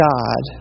God